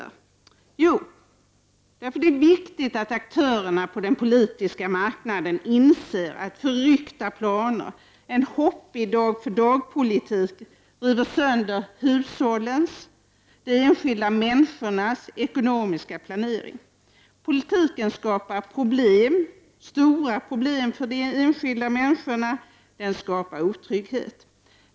Jo, därför att det är viktigt att aktörerna på den politiska marknaden inser att förryckta planer — en hoppig dag-för-dag-politik — river sönder hushållens, de enskilda människornas, ekonomiska planering. Politiken skapar stora problem för de enskilda människorna, och den skapar otrygghet.